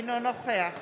אינו נוכח